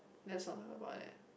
let's not talk about it